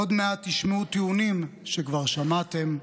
עוד מעט תשמעו טיעונים שכבר שמעתם.